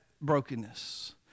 brokenness